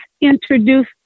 introduce